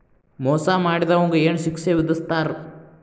ಮೋಸಾ ಮಾಡಿದವ್ಗ ಏನ್ ಶಿಕ್ಷೆ ವಿಧಸ್ತಾರ?